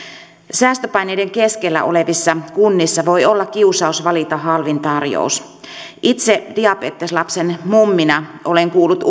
säästöpaineiden keskellä olevissa kunnissa voi olla kiusaus valita halvin tarjous itse diabeteslapsen mummina olen kuullut